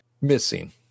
missing